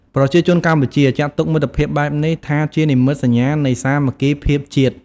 ប្រជាជនកម្ពុជាចាត់ទុកមិត្តភាពបែបនេះថាជានិមិត្តសញ្ញានៃសាមគ្គីភាពជាតិ។